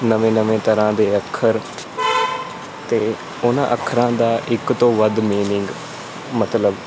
ਨਵੇਂ ਨਵੇਂ ਤਰ੍ਹਾਂ ਦੇ ਅੱਖਰ ਅਤੇ ਉਹਨਾਂ ਅੱਖਰਾਂ ਦਾ ਇੱਕ ਤੋਂ ਵੱਧ ਮੀਨਿੰਗ ਮਤਲਬ